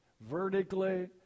vertically